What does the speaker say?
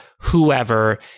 whoever